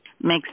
Makes